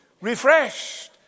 refreshed